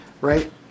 right